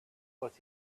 but